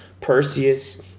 Perseus